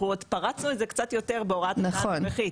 אנחנו עוד פרצנו את זה קצת יותר בהוראת השעה הנוכחית.